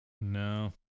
No